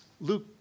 Luke